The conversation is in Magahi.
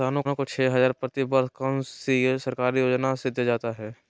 किसानों को छे हज़ार प्रति वर्ष कौन सी सरकारी योजना से दिया जाता है?